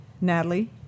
Natalie